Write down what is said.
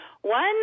One